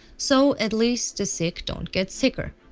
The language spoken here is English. so at least the sick don't get sicker.